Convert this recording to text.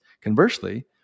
Conversely